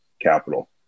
capital